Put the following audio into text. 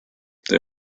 they